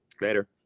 Later